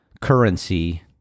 currency